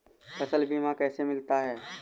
फसल बीमा कैसे मिलता है?